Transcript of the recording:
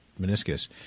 meniscus